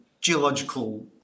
geological